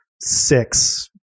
six